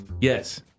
Yes